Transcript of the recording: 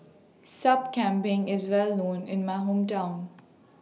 Sup Kambing IS Well known in My Hometown